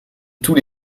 tous